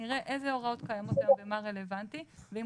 נראה איזה הוראות קיימות היום ומה רלוונטי ואם